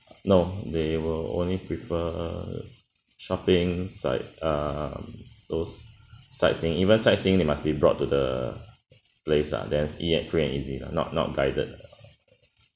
no they will only prefer shopping sight~ uh those sightseeing even sightseeing they must be brought to the place ah then yet free and easy lah not not guided